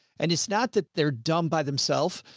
and it's not that they're dumb by themselves.